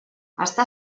està